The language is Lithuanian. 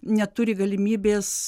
neturi galimybės